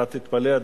אתה תתפלא,